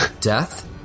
death